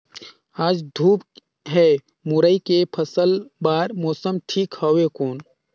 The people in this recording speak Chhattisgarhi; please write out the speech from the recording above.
आज धूप हे मुरई के फसल बार मौसम ठीक हवय कौन?